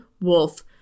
Wolf